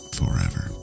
forever